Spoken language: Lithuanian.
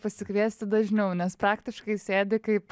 pasikviesti dažniau nes praktiškai sėdi kaip